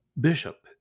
Bishop